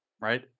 Right